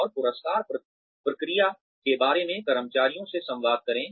और पुरस्कार प्रक्रिया के बारे में कर्मचारियों से संवाद करें